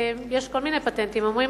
יש כל מיני פטנטים, אומרים: